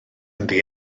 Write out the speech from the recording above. ynddi